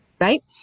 right